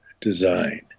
design